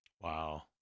Wow